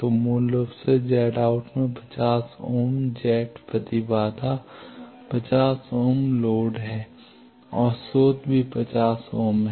तो मूल रूप से Z out में 50 ओम जेड प्रतिबाधा 50 ओम लोड है और स्रोत भी 50 ओम है